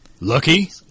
lucky